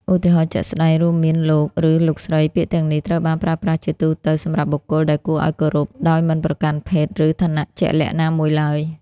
ឧទាហរណ៍ជាក់ស្តែងរួមមាន លោក ឬ លោកស្រី ពាក្យទាំងនេះត្រូវបានប្រើប្រាស់ជាទូទៅសម្រាប់បុគ្គលដែលគួរឱ្យគោរព ដោយមិនប្រកាន់ភេទ ឬឋានៈជាក់លាក់ណាមួយឡើយ។